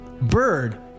Bird